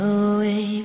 away